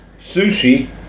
Sushi